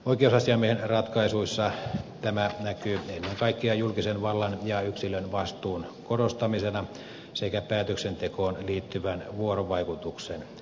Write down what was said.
oikeusasiamiehen ratkaisuissa tämä näkyy ennen kaikkea julkisen vallan ja yksilön vastuun korostamisena sekä päätöksentekoon liittyvän vuorovaikutuksen vaalimisena